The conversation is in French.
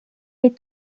est